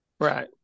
right